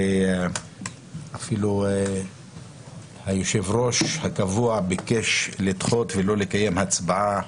ואפילו היושב-ראש הקבוע ביקש לדחות ולא לקיים הצבעה,